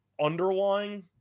underlying